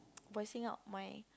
voicing out my